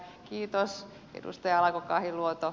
kiitos edustaja alanko kahiluoto